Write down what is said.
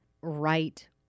right